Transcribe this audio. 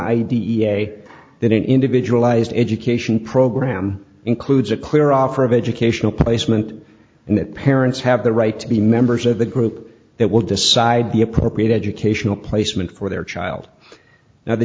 a that an individual ised education program includes a clear offer of educational placement and that parents have the right to be members of the group that will decide the appropriate educational placement for their child now the